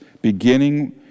beginning